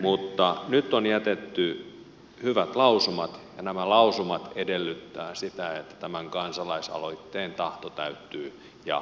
mutta nyt on jätetty hyvät lausumat ja nämä lausumat edellyttävät sitä että tämän kansalaisaloitteen tahto täyttyy ja asialle tehdään jotain